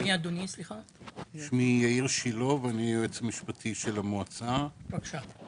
אני לא חושבת שעלה פה צורך מיוחד לציין